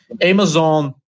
Amazon